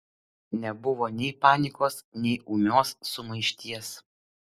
nebuvo nei panikos nei ūmios sumaišties